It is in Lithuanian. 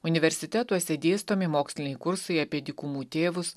universitetuose dėstomi moksliniai kursai apie dykumų tėvus